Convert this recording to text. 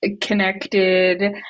connected